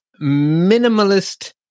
minimalist